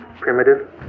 primitive